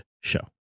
Show